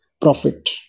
profit